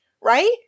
right